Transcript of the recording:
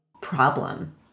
problem